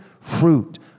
fruit